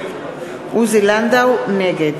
(קוראת בשמות חברי הכנסת) עוזי לנדאו, נגד